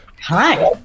Hi